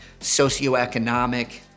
socioeconomic